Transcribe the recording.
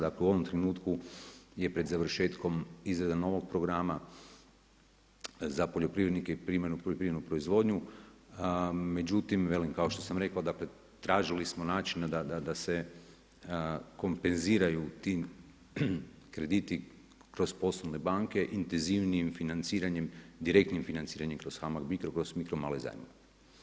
Dakle, u ovom trenutku je pred završetkom izrada novog programa, za poljoprivrednike i primarnu poljoprivrednu proizvodnju, međutim velim, kao što sam rekao da pretražili smo načina da se kompenziraju ti krediti kroz poslovne banke, intenzivnijim financiranjem, direktnim financiranjem kroz HAMAG Mikro, kroz mikro i male zajmove.